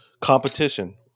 competition